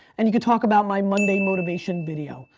and you could talk about my monday motivation video.